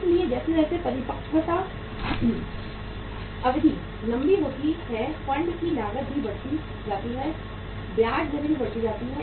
इसलिए जैसे जैसे परिपक्वता अवधि लंबी होती जाती है फंड की लागत भी बढ़ती जाती है ब्याज दरें भी बढ़ती जाती हैं